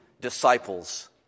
disciples